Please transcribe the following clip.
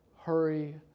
hurry